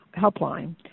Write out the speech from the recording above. helpline